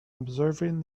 observing